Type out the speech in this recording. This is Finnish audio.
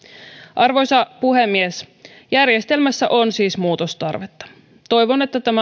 arvoisa puhemies järjestelmässä on siis muutostarvetta toivon että tämä